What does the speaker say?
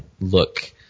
look